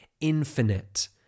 infinite